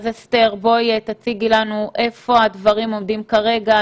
אסתר, תציגי לנו איפה הדברים עומדים כרגע.